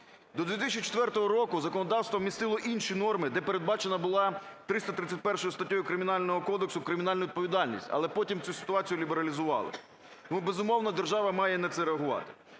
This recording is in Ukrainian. До 2004 року законодавство вмістило інші норми, де передбачено було 331 статтею Кримінального кодексу кримінальну відповідальність, але потім цю ситуацію лібералізували. Безумовно, держава має на це реагувати.